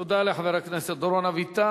תודה לחבר הכנסת דורון אביטל.